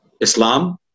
Islam